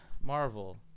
Marvel